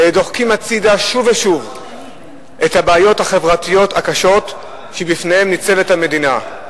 דוחקים הצדה שוב ושוב את הבעיות החברתיות הקשות שבפניהן המדינה ניצבת.